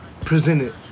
presented